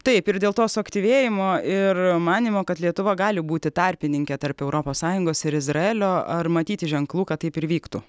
taip ir dėl to suaktyvėjimo ir manymo kad lietuva gali būti tarpininkė tarp europos sąjungos ir izraelio ar matyti ženklų kad taip ir vyktų